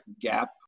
gap